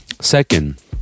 Second